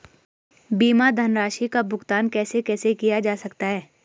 बीमा धनराशि का भुगतान कैसे कैसे किया जा सकता है?